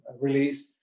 release